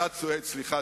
סליחה.